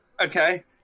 Okay